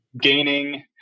gaining